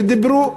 ודיברו,